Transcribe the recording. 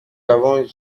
avons